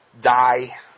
die